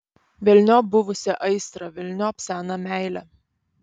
velniop buvusią aistrą velniop seną meilę